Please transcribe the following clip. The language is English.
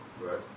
Right